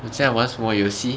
我在玩什么游戏